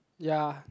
ya